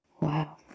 Wow